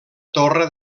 torre